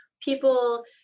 people